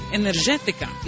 energética